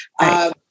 Right